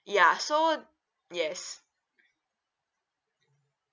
ya so yes